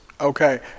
okay